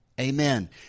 Amen